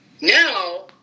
Now